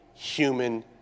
Human